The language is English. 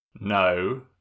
No